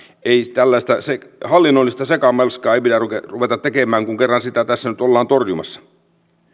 tällaista hallinnollista sekamelskaa ei pidä ruveta ruveta tekemään kun kerran sitä tässä nyt ollaan torjumassa